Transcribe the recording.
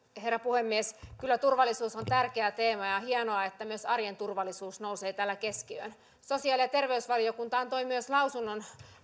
herra puhemies kyllä turvallisuus on tärkeä teema ja on hienoa että myös arjen turvallisuus nousee täällä keskiöön sosiaali ja terveysvaliokunta antoi myös lausunnon